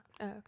okay